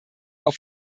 auf